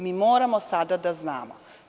Moramo sada da znamo.